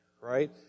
right